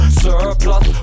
surplus